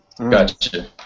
Gotcha